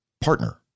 partner